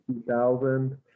2000